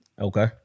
Okay